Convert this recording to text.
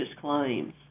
claims